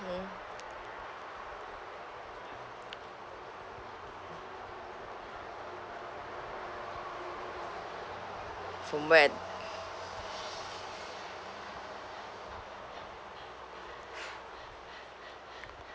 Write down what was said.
mmhmm from where